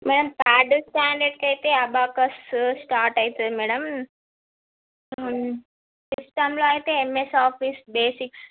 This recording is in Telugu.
మేడం థర్డ్ స్టాండర్డ్కి అయితే అబాకస్ స్టార్ట్ అవుతుంది మేడం సిస్టంలో అయితే ఎంఎస్ ఆఫీస్ బేసిక్స్